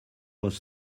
was